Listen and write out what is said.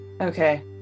Okay